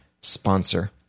sponsor